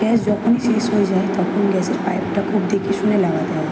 gas যখনই শেষ হয়ে যায় তখন গ্যসের পাইপটা খুব দেখে শুনে লাগাতে হয়